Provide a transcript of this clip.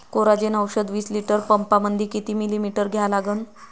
Coragen औषध विस litre पंपामंदी किती मिलीमिटर घ्या लागन?